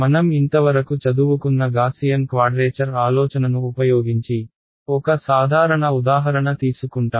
మనం ఇంతవరకు చదువుకున్న గాసియన్ క్వాడ్రేచర్ ఆలోచనను ఉపయోగించి ఒక సాధారణ ఉదాహరణ తీసుకుంటాం